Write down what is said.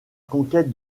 conquête